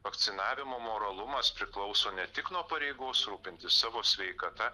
vakcinavimo moralumas priklauso ne tik nuo pareigos rūpintis savo sveikata